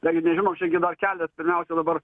dar gi nežinom čia gi dar kelias pirmiausia dabar